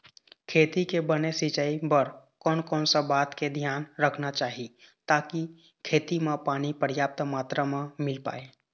खेती के बने सिचाई बर कोन कौन सा बात के धियान रखना चाही ताकि खेती मा पानी पर्याप्त मात्रा मा मिल पाए?